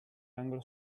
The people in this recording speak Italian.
anglo